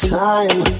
time